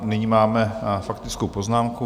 Nyní máme faktickou poznámku.